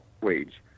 wage